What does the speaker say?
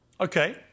Okay